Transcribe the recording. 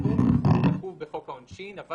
הסכום נקוב בחוק העונשין אבל